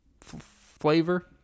flavor